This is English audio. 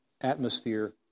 atmosphere